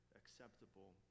acceptable